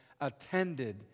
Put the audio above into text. attended